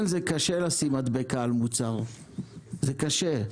כן, זה קשה לשים מדבקה על מוצר, זה קשה.